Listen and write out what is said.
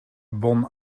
bon